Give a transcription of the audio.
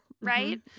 right